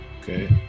Okay